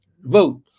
vote